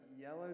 yellow